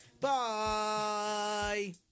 Bye